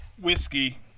whiskey